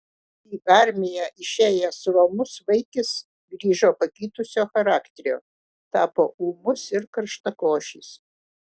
į armiją išėjęs romus vaikis grįžo pakitusio charakterio tapo ūmus ir karštakošis